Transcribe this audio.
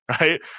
right